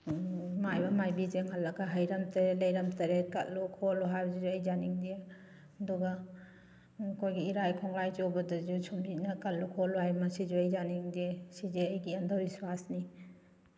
ꯃꯥꯏꯕ ꯃꯥꯏꯕꯤ ꯌꯦꯡꯍꯜꯂꯒ ꯍꯩꯔꯝ ꯇꯔꯦꯠ ꯂꯩꯅꯝ ꯇꯔꯦꯠ ꯀꯠꯂꯨ ꯈꯣꯠꯂꯨ ꯍꯥꯏꯕꯗꯨꯗꯤ ꯑꯩ ꯌꯥꯅꯤꯡꯗꯦ ꯑꯗꯨꯒ ꯑꯩꯈꯣꯏꯒꯤ ꯏꯔꯥꯏ ꯈꯣꯡꯂꯥꯏ ꯆꯨꯕꯗꯁꯨ ꯁꯨꯝꯆꯤꯠꯅ ꯀꯜꯂꯨ ꯈꯣꯠꯂꯨ ꯍꯥꯏ ꯃꯁꯤꯁꯨ ꯑꯩ ꯌꯥꯅꯤꯡꯗꯦ ꯁꯤꯁꯦ ꯑꯩꯒꯤ ꯑꯟꯗꯕꯤꯁ꯭ꯋꯥꯁꯅꯤ